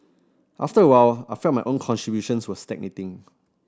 after a while I felt my own contributions were stagnating